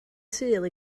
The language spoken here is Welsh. sul